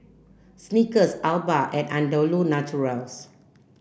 snickers Alba and Andalu Naturals